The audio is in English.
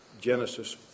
Genesis